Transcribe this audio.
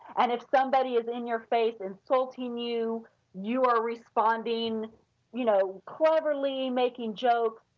and if somebody is in your face and stoking you you are responding you know cleverly, making jokes,